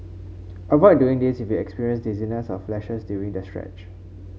avoid doing this if you experience dizziness or flashes during the stretch